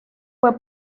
fue